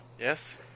Yes